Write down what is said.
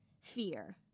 fear